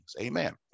Amen